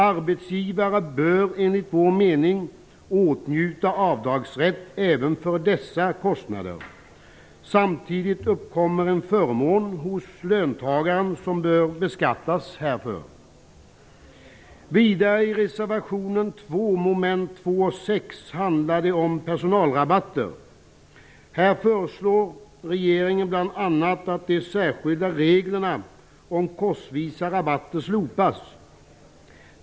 Arbetsgivare bör enligt vår mening åtnjuta avdragsrätt även för dessa kostnader. Samtidigt uppkommer en förmån hos löntagaren som bör beskattas härför. 2 och 6 om personalrabatter. Här föreslår regeringen bl.a. att de särskilda reglerna om korsvisa rabatter slopas.